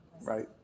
right